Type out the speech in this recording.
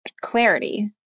clarity